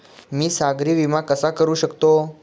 मी सागरी विमा कसा करू शकतो?